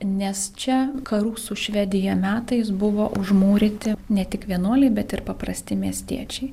nes čia karų su švedija metais buvo užmūryti ne tik vienuoliai bet ir paprasti miestiečiai